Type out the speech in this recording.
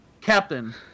Captain